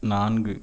நான்கு